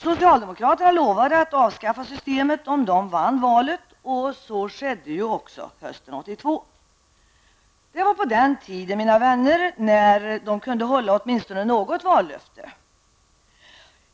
Socialdemokraterna lovade att avskaffa systemet om de vann valet, och så skedde ju också hösten 1982. Det var på den tiden, mina vänner, när de kunde hålla åtminstone något vallöfte.